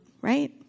right